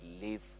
live